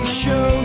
show